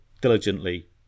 diligently